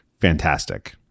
fantastic